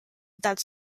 that